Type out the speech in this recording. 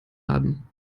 haben